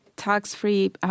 tax-free